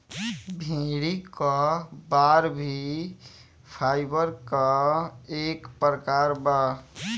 भेड़ी क बार भी फाइबर क एक प्रकार बा